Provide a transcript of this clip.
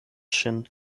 ŝin